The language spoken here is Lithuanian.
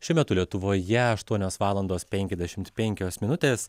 šiuo metu lietuvoje aštuonios valandos penkiasdešimt penkios minutės